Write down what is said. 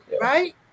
Right